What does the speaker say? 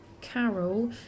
Carol